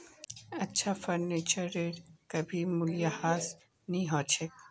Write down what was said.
अच्छा फर्नीचरेर कभी मूल्यह्रास नी हो छेक